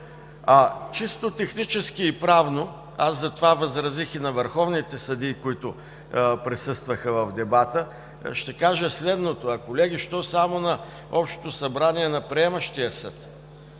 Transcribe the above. Чисто технически и правно, аз затова възразих и на върховните съдии, които присъстваха в дебата, ще кажа следното: колеги, защо само на Общото събрание на приемащия съд,